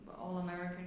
all-American